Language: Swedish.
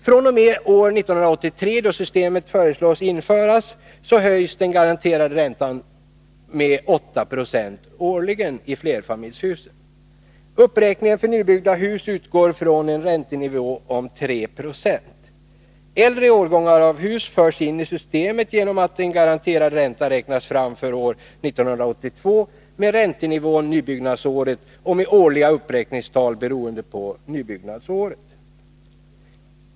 fr.o.m. år 1983, då systemet föreslås införas, höjs den garanterade räntan med 8 Yo årligen i flerfamiljshus. Uppräkningen för nybyggda hus utgår från en räntenivå om 3 26. Äldre årgångar av hus förs in i systemet genom att en garanterad ränta räknas fram för år 1982 med räntenivån nybyggnadsåret och med årliga uppräkningstal beroende på nybyggnadsår.